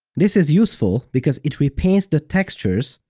this is useful because it repaints the textures,